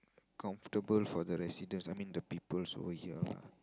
comfortable for the residents I mean the people also here lah